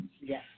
yes